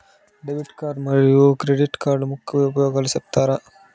Debit card మరియు credit కార్డుల ముఖ్య ఉపయోగాలు సెప్తారా?